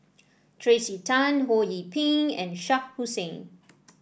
Tracey Tan Ho Yee Ping and Shah Hussain